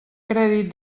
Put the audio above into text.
crèdit